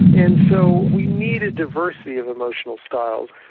and so we need a diversity of emotional styles.